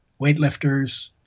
weightlifters